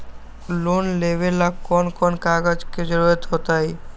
Loan लेवेला कौन कौन कागज के जरूरत होतई?